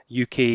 uk